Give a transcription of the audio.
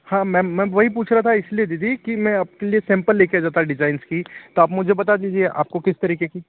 हाँ मैम मैं वही पूछ रहा था इस लिए दीदी कि मैं आपके लिए सैम्पल ले कर जाता डिजाइन्ज़ की तो आप मुझे बता दीजिए आपको किस तरीक़े की